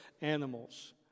animals